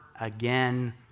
again